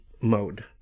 mode